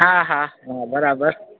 हा हा हा बराबरि